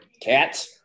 Cat